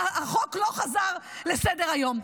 והחוק לא חזר לסדר-היום.